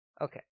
Okay